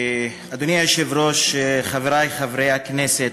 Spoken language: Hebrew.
אדוני היושב-ראש, חברי חברי הכנסת,